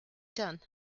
done